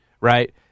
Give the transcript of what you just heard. right